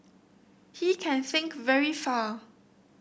he can think very far